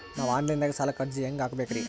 ನಾವು online ದಾಗ ಸಾಲಕ್ಕ ಅರ್ಜಿ ಹೆಂಗ ಹಾಕಬೇಕ್ರಿ?